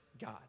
God